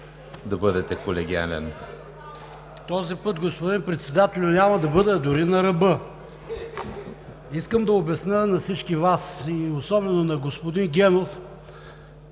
ШОПОВ (Нечленуващ в ПГ): Този път, господин Председателю, няма да бъда дори на ръба! Искам да обясня на всички Вас и особено на господин Генов